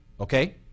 Okay